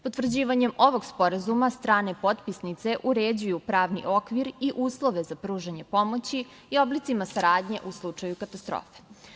Potvrđivanjem ovog sporazuma strane potpisnice uređuju pravni okvir i uslove za pružanje pomoći i oblicima saradnje u slučaju katastrofe.